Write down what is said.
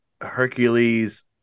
Hercules